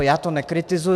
Já to nekritizuji.